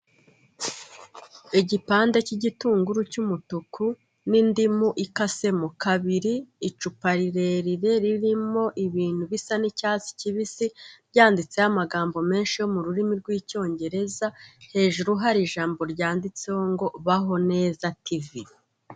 Igipande cy'gitunguru cy'umutuku n'indimu ikasemo kabiri icupa rirerire ririmo ibintu bisa n'icyatsi kibisi byanditseho amagambo menshi yo mu rurimi rw'icyongereza hejuru hari ijambo ryanditseho ngo baho neza tv.